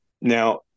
Now